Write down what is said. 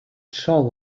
shall